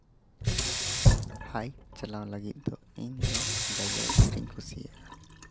ᱦᱟᱭᱤᱠ ᱪᱟᱞᱟᱣ ᱞᱟᱹᱜᱤᱫ ᱫᱚ ᱤᱧ ᱫᱚ ᱜᱟᱹᱡᱟᱲ ᱵᱤᱨ ᱤᱧ ᱠᱩᱥᱤᱭᱟᱜᱼᱟ